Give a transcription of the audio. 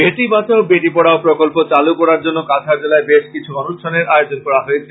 বেটী বাচাও বেটী পড়াও প্রকল্প চালু করার জন্য কাছাড় জেলায় বেশ কিছু অনুষ্ঠানের আয়োজন করা হয়েছে